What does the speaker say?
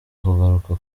kugaruka